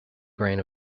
grain